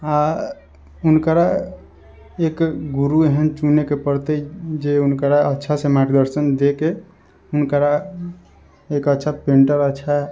आओर हुनकरा एक गुरु एहन चुनैके पड़तै जे हुनकरा अच्छासँ मार्गदर्शन दैके हुनकरा एक अच्छा पेन्टर अच्छा